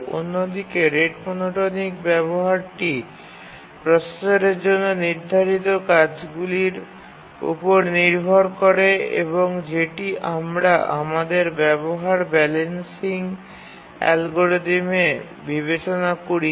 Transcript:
অন্যদিকে rate monotonic ব্যবহারটি প্রসেসরের জন্য নির্ধারিত কাজগুলির উপর নির্ভর করে এবং যেটি আমরা আমাদের ব্যবহার ব্যালেন্সিং অ্যালগরিদমে বিবেচনা করিনি